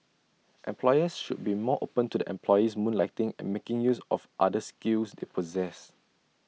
employers should be more open to their employees moonlighting and making use of other skills they possess